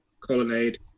colonnade